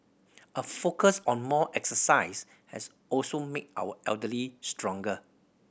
a focus on more exercise has also made our elderly stronger